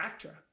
ACTRA